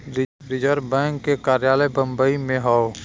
reserve bank के कार्यालय बम्बई में हौ